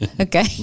Okay